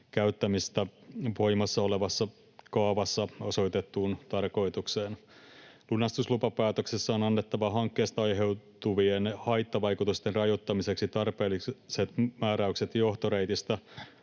käyttämistä voimassa olevassa kaavassa osoitettuun tarkoitukseen. Lunastuslupapäätöksessä on annettava hankkeesta aiheutuvien haittavaikutusten rajoittamiseksi tarpeelliset määräykset johtoreitistä,